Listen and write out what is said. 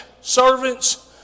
servants